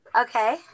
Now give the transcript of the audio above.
Okay